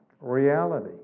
Reality